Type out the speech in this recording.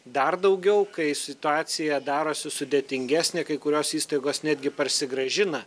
dar daugiau kai situacija darosi sudėtingesnė kai kurios įstaigos netgi parsigrąžina